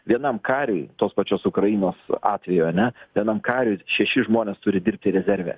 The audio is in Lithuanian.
vienam kariui tos pačios ukrainos atveju ane vienam kariui šeši žmonės turi dirbti rezerve